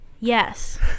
Yes